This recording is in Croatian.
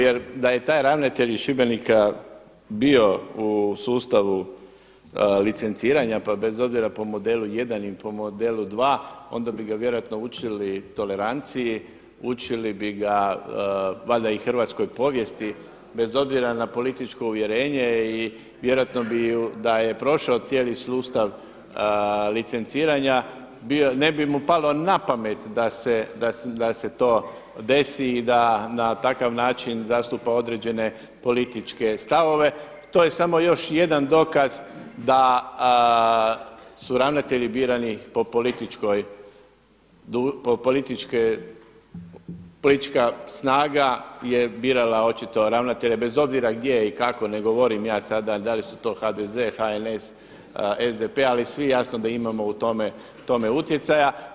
Jer da je taj ravnatelj iz Šibenika bio u sustavu licenciranja pa bez obzira po modelu jedan ili po modelu dva onda bi ga vjerojatno učili toleranciji, učili bi ga valjda i hrvatskoj povijesti bez obzira na političko uvjerenje i vjerojatno bi da je prošao cijeli sustav licenciranja ne bi mu palo na pamet da se to desi i da na takav način zastupa određene političke stavove, to je samo još jedan dokaz da su ravnatelji birani po političkoj, politička snaga je birala očito ravnatelja bez obzira gdje i kako, ne govorim da li su to sada HDZ, HNS, SDP, ali svi jasno da imamo u tome utjecaja.